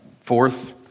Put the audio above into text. Fourth